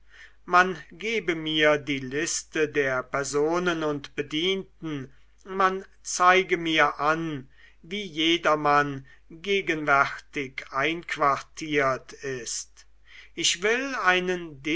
man gebe mir die liste der personen und bedienten man zeige mir an wie jedermann gegenwärtig einquartiert ist ich will einen